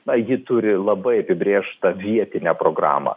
na ji turi labai apibrėžtą vietinę programą